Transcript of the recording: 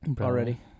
Already